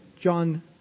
John